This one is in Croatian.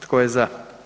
Tko je za?